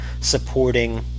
supporting